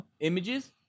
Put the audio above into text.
images